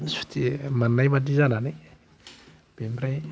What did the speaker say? सुथि मोननाय बायदि जानानै बिनिफ्राय